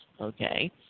Okay